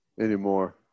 anymore